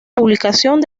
publicación